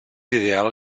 ideal